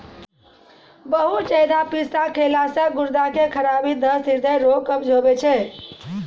बहुते ज्यादा पिस्ता खैला से गुर्दा के खराबी, दस्त, हृदय रोग, कब्ज होय छै